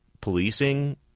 policing